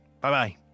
Bye-bye